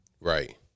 Right